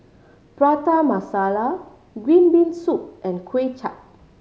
Prata Masala green bean soup and Kuay Chap